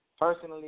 personally